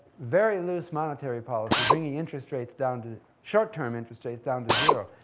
very loose monetary policy, bringing interest rates down to, short-term interest rates, down to zero.